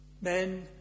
men